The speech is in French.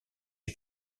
est